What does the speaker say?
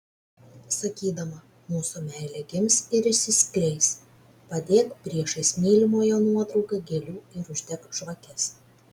sakydama mūsų meilė gims ir išsiskleis padėk priešais mylimojo nuotrauką gėlių ir uždek žvakes